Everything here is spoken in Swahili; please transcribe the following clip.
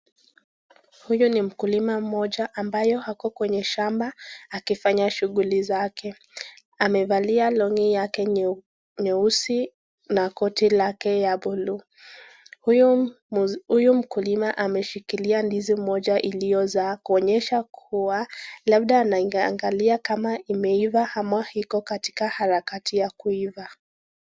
Huyu ni mkulima mmoja ambayo ako kwenye shamba akifanya shughuli zake. Amevalia longi yake nyeusi na koti lake ya buluu. Huyo mkulima ameshikilia ndizi mmoja iliozaa kuonyesha kuwa, labda anaiangalia kama imeiva ama iko katika harakati ya kuiva.